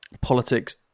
politics